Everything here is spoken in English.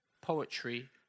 poetry